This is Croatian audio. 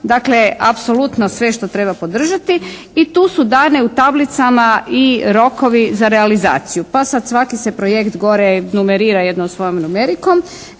Dakle, apsolutno sve što treba podržati. I tu su dane u tablicama i rokovi za realizaciju. Pa sad svaki se projekt gore numerira jednom svojom numerikom.